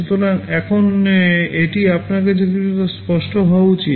সুতরাং এখন এটি আপনার কাছে কিছুটা স্পষ্ট হওয়া উচিত